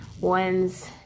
one's